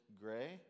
gray